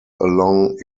along